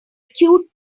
cute